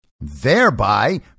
thereby